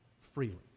freely